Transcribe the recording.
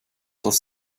das